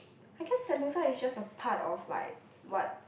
I guess Sentosa is just a part of like what